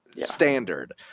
standard